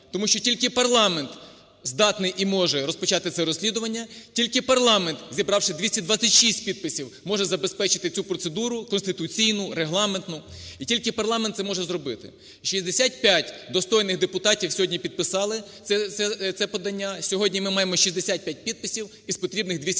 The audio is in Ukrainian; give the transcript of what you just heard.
тому що тільки парламент здатний і може розпочати це розслідування, тільки парламент, зібравши 226 підписів, може забезпечити цю процедуру, конституційну, регламентну, і тільки парламент це може зробити. 65 достойних депутатів сьогодні підписали це подання, сьогодні ми маємо 65 підписів із потрібних 226,